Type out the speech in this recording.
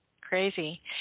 crazy